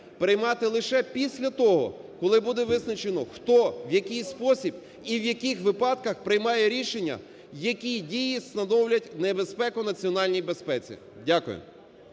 приймати лише після того, коли буде визначено, хто, в який спосіб і в яких випадках приймає рішення, які дії становлять небезпеку національній безпеці. Дякую.